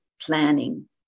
planning